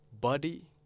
body